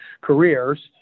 careers